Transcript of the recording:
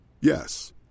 Yes